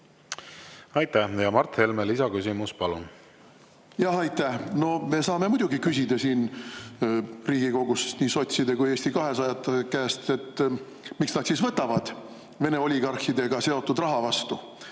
Aitäh! Mart Helme, lisaküsimus, palun! Aitäh! Me saame muidugi küsida siin Riigikogus nii sotside kui ka Eesti 200 käest, miks nad siis võtavad Vene oligarhidega seotud raha vastu.